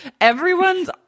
everyone's